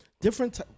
different